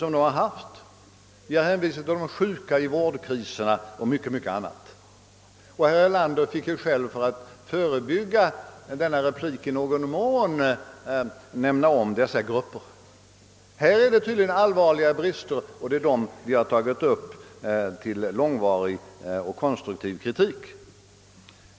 Vi har hänvisat till förhållandena för de sjuka i vårdköerna och mycket annat. Herr Erlander måste ju själv för att förebygga denna kritik i någon mån också nämna dessa grupper. Härvidlag finns det tydligen allvarliga brister, och det är dessa som vi tagit upp till en långvarig och konstruktiv kritik.